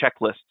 checklists